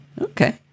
okay